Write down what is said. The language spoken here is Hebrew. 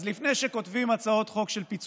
אז לפני שכותבים הצעות חוק של פיצויים,